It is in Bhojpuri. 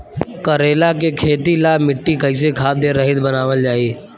करेला के खेती ला मिट्टी कइसे खाद्य रहित बनावल जाई?